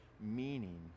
meaning